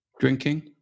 drinking